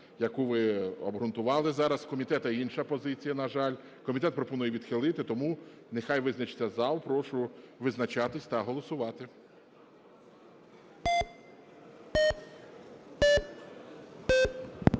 яку ви обґрунтували зараз. У комітету інша позиція, на жаль – комітет пропонує відхилити. Тому нехай визначиться зал. Прошу визначатися та голосувати.